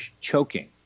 choking